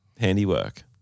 handiwork